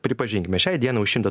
pripažinkime šiai dienai už šimtą